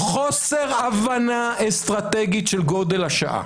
חוסר הבנה אסטרטגית של גודל השעה.